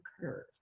curve